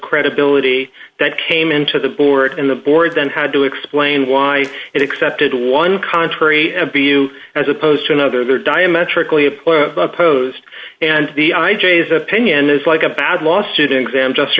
credibility that came into the board and the board then had to explain why it accepted one contrary m b u as opposed to another they're diametrically opposed and the i js opinion is like a bad law student exam just